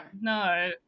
No